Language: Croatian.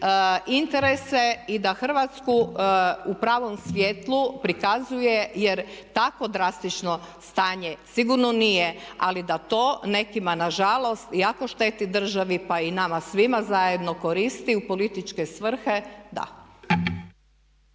interese i da Hrvatsku u pravom svjetlu prikazuje jer takvo drastično stanje sigurno nije ali da to nekima nažalost jako šteti državi pa i nama svima zajedno koristi u političke svrhe, da.